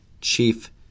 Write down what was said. chief